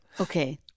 Okay